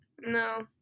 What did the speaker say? no